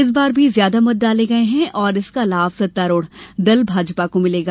इस बार भी ज्यादा मत डाले गए और इसका लाभ सत्तारूढ़ दल भाजपा को मिलेगा